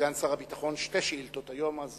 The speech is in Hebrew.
לסגן שר הביטחון שתי שאילתות היום,